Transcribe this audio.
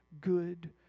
good